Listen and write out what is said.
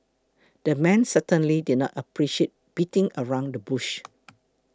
the man certainly did not appreciate beating around the bush